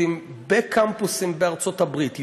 אני לא רוצה לבייש אנשים ידועים בציבוריות הישראלית.